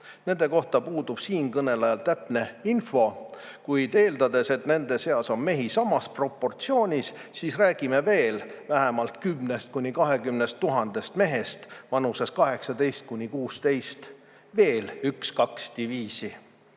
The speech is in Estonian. Nende kohta puudub siinkõnelejal täpne info, kuid eeldades, et nende seas on mehi samas proportsioonis, siis räägime veel vähemalt 10 000 – 20 000 mehest vanuses 18–[60], veel üks,